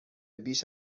بیش